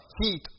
heat